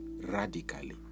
radically